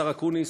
השר אקוניס,